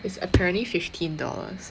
it's apparently fifteen dollars